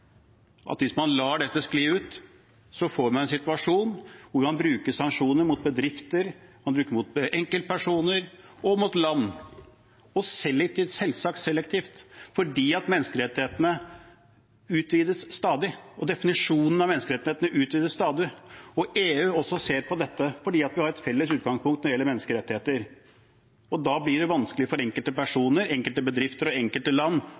at hvis man lar dette skli ut, får man en situasjon der man bruker sanksjoner mot bedrifter, mot enkeltpersoner og mot land, og selvsagt selektivt, for menneskerettighetene utvides stadig, definisjonen av menneskerettigheter utvides stadig, og EU ser også på dette fordi vi har et felles utgangspunkt når det gjelder menneskerettigheter. Da blir det vanskelig for enkelte personer, enkelte bedrifter og enkelte land